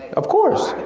of course,